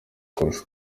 kurusha